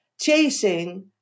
chasing